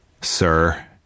Sir